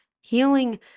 Healing